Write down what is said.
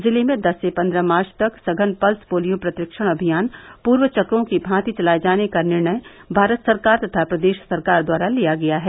जिले में दस से पन्द्रह मार्च तक सघन पल्स पोलियो प्रतिरक्षण अभियान पूर्व चक्रों की भाँति चलाये जाने का निर्णय भारत सरकार एवं प्रदेश सरकार द्वारा लिया गया है